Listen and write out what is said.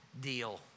deal